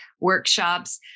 workshops